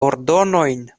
ordonojn